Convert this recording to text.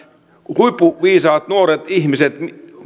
huippuviisaat nuoret ihmiset